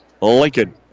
Lincoln